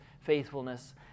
faithfulness